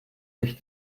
sich